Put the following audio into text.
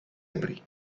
aprì